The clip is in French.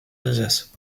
alsace